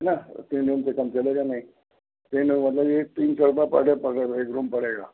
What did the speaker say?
है ना और तीन रूम से कम चलेगा नहीं तीन रूम का मतलब ये है तीन सौ रूपये पर डे मतलब एक रूम पड़ेगा